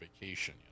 vacation